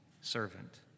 servant